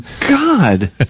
God